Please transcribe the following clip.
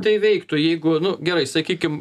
tai veiktų jeigu nu gerai sakykim